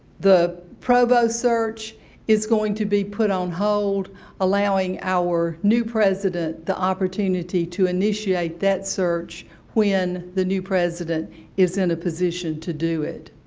the provost search is going to be put on hold allowing our new president the opportunity to initiate that search when the new president is in a position to do it.